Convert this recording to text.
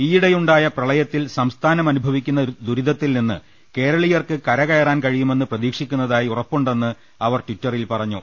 ഈയിടെയുണ്ടായ പ്രളയത്തിൽ സംസ്ഥാനം അനുഭവിക്കുന്ന ദുരിതത്തിൽ നിന്ന് കേരളീയർക്ക് കറകയറാൻ കഴി യുമെന്ന് പ്രതീക്ഷിക്കുന്നതായി ഉറപ്പുണ്ടെന്ന് അവർ ടിറ്ററിൽ പറഞ്ഞു